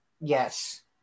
Yes